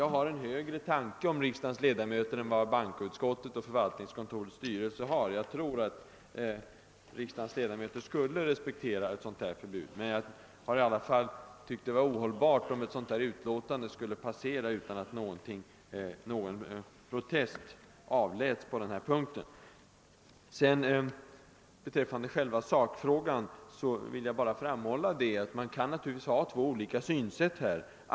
Jag har en högre tanke om riksdagens ledamöter än vad bankoutskottet och förvaltningskontorets styrelse har. Jag tror att riksdagens ledamöter skulle respektera ett sådant beslut. Ett utlåtande som detta kan inte få passera utan protest. Beträffande själva sakfrågan kan man naturligtvis ha två olika synsätt.